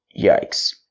Yikes